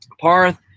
parth